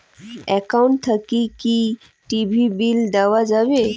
Account থাকি কি TV bill দেওয়া যাবে?